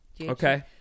Okay